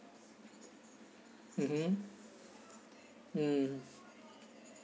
mmhmm mm